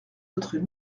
autres